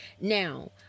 Now